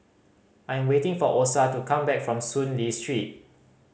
I am waiting for Osa to come back from Soon Lee Street